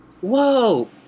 Whoa